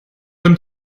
dem